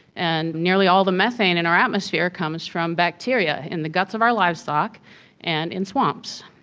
and nearly all the methane in our atmosphere comes from bacteria in the guts of our livestock and in swamps.